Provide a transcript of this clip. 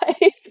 life